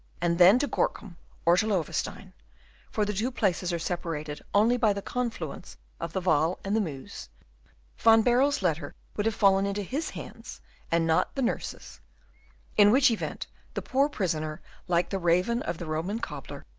and then to gorcum or to loewestein for the two places are separated only by the confluence of the waal and the meuse van baerle's letter would have fallen into his hands and not the nurse's in which event the poor prisoner, like the raven of the roman cobbler,